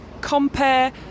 compare